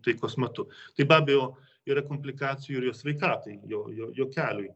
taikos metu tai be abejo yra komplikacijų ir jo sveikatai jo jo jo keliui